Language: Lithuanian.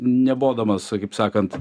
nebodamas kaip sakant